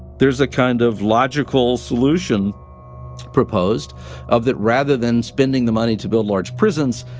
there is a kind of logical solution proposed of that rather than spending the money to build large prisons,